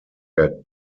der